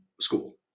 school